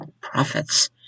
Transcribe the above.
prophets